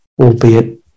albeit